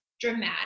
dramatic